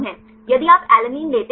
यदि आप एलानिन लेते हैं तो यह 5 है